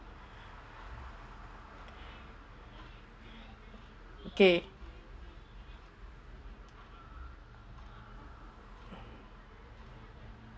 okay